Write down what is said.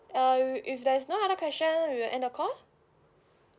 uh if there's no other question we will end the call